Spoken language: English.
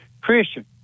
Christian